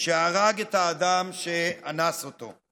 שהרג את האדם שאנס אותו.